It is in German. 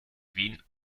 wien